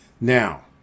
Now